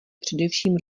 především